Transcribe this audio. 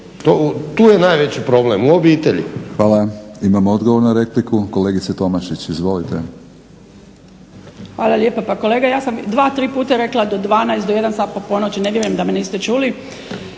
Tu je najveći problem, u obitelji.